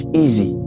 easy